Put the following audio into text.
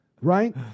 Right